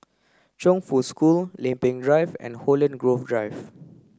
Chongfu School Lempeng Drive and Holland Grove Drive